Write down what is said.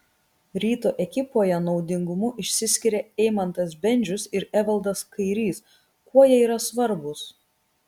ryto ekipoje naudingumu išsiskiria eimantas bendžius ir evaldas kairys kuo jie yra svarbūs